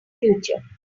future